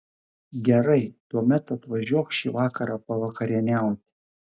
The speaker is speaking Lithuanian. gerai tuomet atvažiuok šį vakarą pavakarieniauti